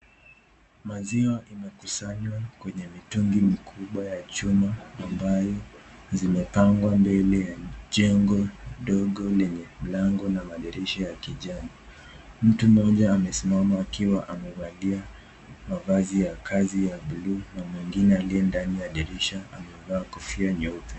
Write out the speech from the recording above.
maziwa imekusanywa kwenye mitungi mikubwa ya chuma ambayo zimepangwa mbele ya jengo ndogo lenye mlango na madirisha ya kijan,i mtu moja amesimama akiwa amevalia mavazi ya kazi ya buluu na mwingine aliye ndani ya dirisha amevaa kofia nyeupe.